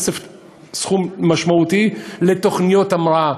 סכום משמעותי לתוכניות המראה,